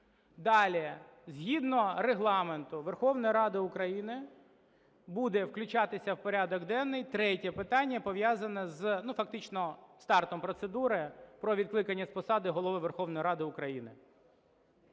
Далі, згідно Регламенту Верховної Ради України буде включатися в порядок денний третє питання, пов'язане з фактично стартом процедури про відкликання з посади Голови Верховної Ради України.